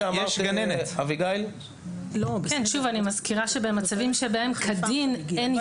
אני מזכירה שבמצבים בהם כדין אין אישור,